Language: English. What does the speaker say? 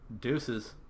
deuces